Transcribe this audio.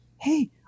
hey